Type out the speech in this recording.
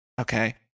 Okay